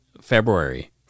February